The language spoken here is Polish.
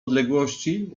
odległości